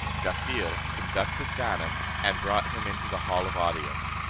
jaaffier conducted ganem, and brought him into the hall of audience.